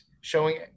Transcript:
showing